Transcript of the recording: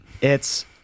it's-